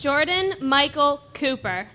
jordan michael cooper